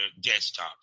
desktop